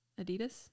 Adidas